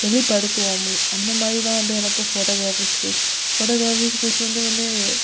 வெளிப்படுத்துவோம் அந்தமாதிரி தான் வந்து எனக்கும் photography skills photography skills வந்து வந்து